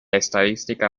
estadística